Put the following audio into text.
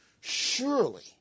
surely